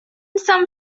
some